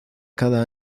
cada